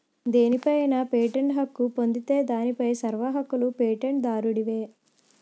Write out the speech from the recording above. దేనిపై అయినా పేటెంట్ హక్కు పొందితే దానిపై సర్వ హక్కులూ పేటెంట్ దారుడివే